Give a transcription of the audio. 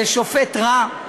זה שופט רע,